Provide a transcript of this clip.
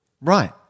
right